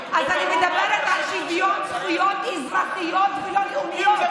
אז אני מדברת על שוויון זכויות אזרחיות ולא לאומיות.